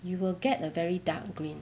you will get a very dark green